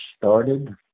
started